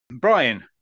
Brian